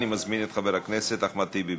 אני מזמין את חבר הכנסת אחמד טיבי,